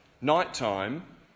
Nighttime